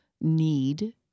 need